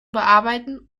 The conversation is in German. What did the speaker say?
bearbeiten